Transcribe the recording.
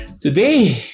Today